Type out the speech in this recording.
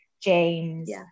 James